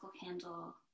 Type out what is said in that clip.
candle